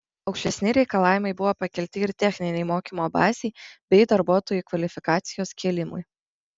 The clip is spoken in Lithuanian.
aukštesni reikalavimai buvo pakelti ir techninei mokymo bazei bei darbuotojų kvalifikacijos kėlimui